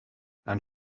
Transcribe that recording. and